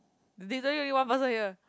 they doing only one person here